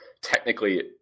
technically